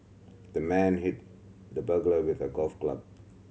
the man hit the burglar with a golf club